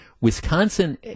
Wisconsin